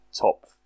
top